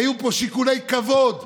היו פה שיקולי כבוד,